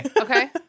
Okay